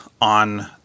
on